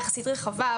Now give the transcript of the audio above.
שהיא יחסית רחבה,